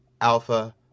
Alpha